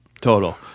total